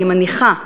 אני מניחה,